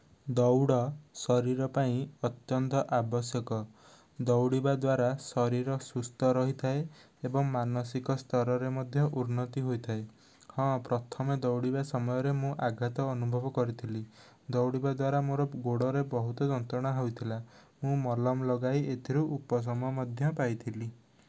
ଦୌଡ଼ ଶରୀର ପାଇଁ ଅତ୍ୟନ୍ତ ଆବଶ୍ୟକ ଦୌଡ଼ିବା ଦ୍ୱାରା ଶରୀର ସୁସ୍ଥ ରହିଥାଏ ଏବଂ ମାନସିକ ସ୍ଥରରେ ମଧ୍ୟ ଉନ୍ନତି ହୋଇଥାଏ ହଁ ପ୍ରଥମେ ଦୌଡ଼ିବା ସମୟରେ ମୁଁ ଆଘାତ ଅନୁଭବ କରିଥିଲି ଦୌଡ଼ିବା ଦ୍ୱାରା ମୋର ଗୋଡ଼ରେ ବହୁତ ଯନ୍ତ୍ରଣା ହେଉଥିଲା ମୁଁ ମଲମ ଲଗାଇ ଏଥିରୁ ଉପଶମ ମଧ୍ୟ ପାଇଥିଲି